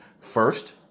First